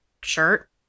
shirt